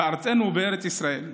בארצנו, בארץ ישראל,